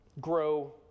grow